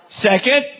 Second